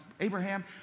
Abraham